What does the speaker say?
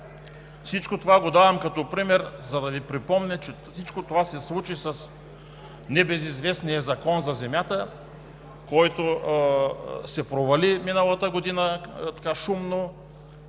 Всичко това го давам като пример, за да Ви припомня, че това се случи и с небезизвестния Закон за земята, който шумно се провали миналата година.